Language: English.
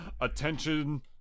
Attention